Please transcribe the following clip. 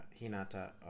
Hinata